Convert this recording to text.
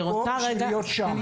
אנחנו פה בשביל להיות שם.